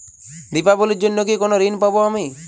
দীপাবলির জন্য কি কোনো ঋণ পাবো আমি?